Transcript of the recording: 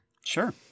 Sure